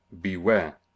beware